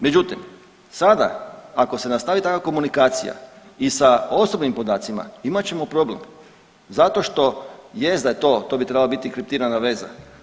Međutim sada, ako se nastavi takva komunikacija i sa osobnim podacima imat ćemo problem zato što, jest da je to, to bi trebala biti kriptirana veza.